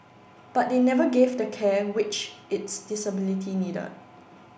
but they never gave the care which its disability needed